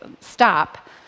stop